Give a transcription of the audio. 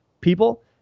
people